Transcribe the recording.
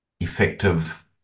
effective